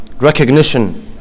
recognition